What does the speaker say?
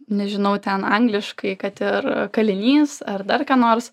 nežinau ten angliškai kad ir kalinys ar dar ką nors